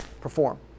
perform